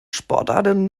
sportarten